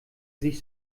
sich